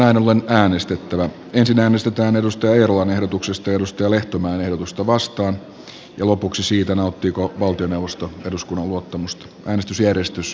euroopan rahoitusvakausvälineen varainhankinnalle annetun valtiontakauksen voimassaoloajan pidentämisen taustalla on kreikan toisen tukipaketin lainaehtojen muuttaminen mikä pidentää merkittävästi suomen takausvastuiden kestoa